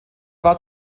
war